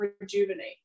rejuvenate